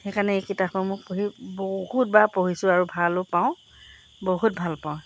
সেইকাৰণে এই কিতাপখন মোৰ পঢ়ি বহুতবাৰ পঢ়িছোঁ আৰু ভালো পাওঁ বহুত ভাল পাওঁ